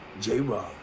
J-Rob